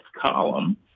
column